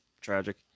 Tragic